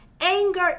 Anger